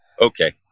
Okay